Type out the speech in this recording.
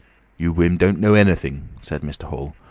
you wim' don't know everything, said mr. hall,